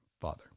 Father